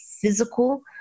physical